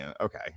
Okay